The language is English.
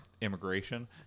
immigration